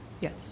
Yes